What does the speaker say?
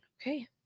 Okay